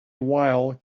while